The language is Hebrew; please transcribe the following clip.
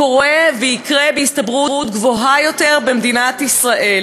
קורה ויקרה בהסתברות גבוהה יותר במדינת ישראל.